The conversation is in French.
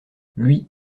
lui